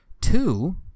Two